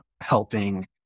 helping